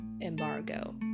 embargo